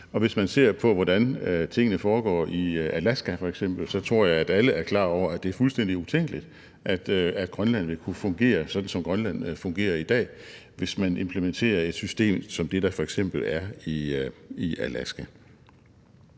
Og hvis man ser på, hvordan tingene foregår i Alaska f.eks., tror jeg, at alle er klar over, at det er fuldstændig utænkeligt, at Grønland ville kunne fungere, sådan som Grønland fungerer i dag, hvis man implementerer et system som det, der f.eks. er i Alaska.